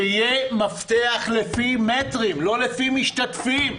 שיהיה מפתח לפי מטרים, לא לפי מספר המשתתפים.